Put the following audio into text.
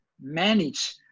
manage